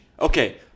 Okay